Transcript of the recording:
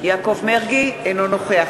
אינו נוכח